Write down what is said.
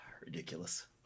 Ridiculous